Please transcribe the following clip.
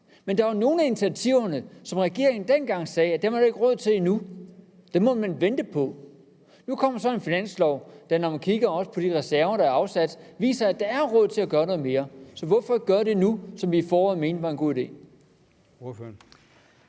Men der var nogle af initiativerne, om hvilke regeringen dengang sagde, at dem har man ikke råd til endnu, det må man vente på. Nu kommer der så en finanslov, og når man kigger på de reserver, der er afsat, viser det sig, at der er råd til at gøre noget mere. Så hvorfor ikke gøre det nu, som vi i foråret mente var en god idé?